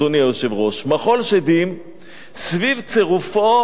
אדוני היושב-ראש, סביב צירופו